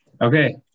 Okay